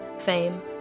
fame